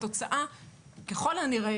ככל הנראה,